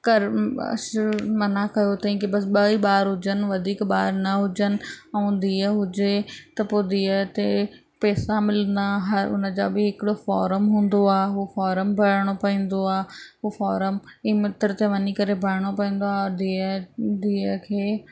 कर्म आष्र मना कयो अथेई कि बस ॿ ई ॿार हुजनि वधीक ॿार न हुजनि ऐं धीअ हुजे त पोइ धीअ ते पैसा मिलंदा ऐं हुनजा बि हिकिड़ो फॉरम हूंदो आहे हू फॉरम भरिणो पवंदो आहे उहो फॉरम ई मित्र ते वञी करे भरिणो पवंदो आहे और धीअ धीअ खे